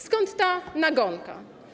Skąd ta nagonka?